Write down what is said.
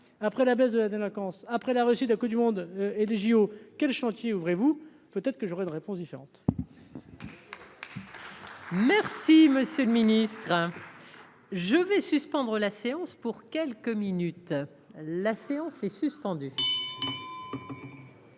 après la baisse de la délinquance, après la réussite de la Coupe du monde et les JO, quel chantier ouvrez-vous peut-être que j'aurai une réponse différente. Merci, monsieur le Ministre. Je vais suspendre la séance pour quelques minutes, la séance est suspendue.